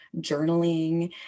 journaling